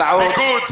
הסעות,